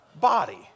body